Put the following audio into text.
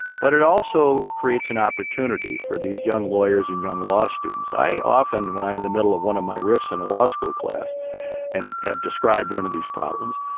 but it also creates an opportunity for these young lawyers and young law students. i often when i'm in the middle of one of my rifts in a law school class and have described one of these problems,